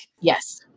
yes